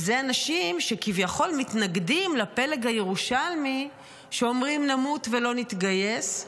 ואלה אנשים שכביכול מתנגדים לפלג הירושלמי שאומרים "נמות ולא נתגייס",